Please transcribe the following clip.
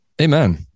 Amen